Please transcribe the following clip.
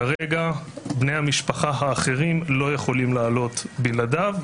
כרגע בני המשפחה האחרים לא יכולים לעלות בלעדיו,